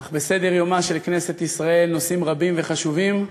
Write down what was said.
אך בסדר-יומה של כנסת ישראל נושאים רבים וחשובים.